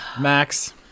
Max